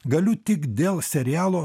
galiu tik dėl serialo